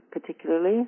particularly